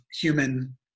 human